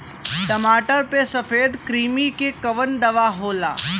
टमाटर पे सफेद क्रीमी के कवन दवा होला?